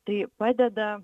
tai padeda